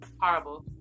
Horrible